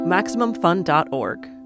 MaximumFun.org